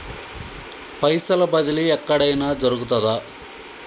పైసల బదిలీ ఎక్కడయిన జరుగుతదా?